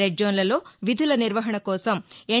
red జోస్వలో విధుల నిర్వహణ కోసం ఎన్